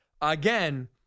again